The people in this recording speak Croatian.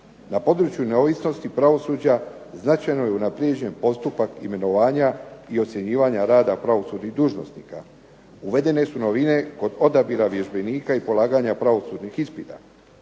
Na području neovisnosti pravosuđa značajno je unaprijeđen postupak imenovanja i ocjenjivanja rada pravosudnih dužnosnika, uvedene su novine kod odabira vježbenika i polaganja pravosudnih ispita.